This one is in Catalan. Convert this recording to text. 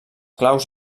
claus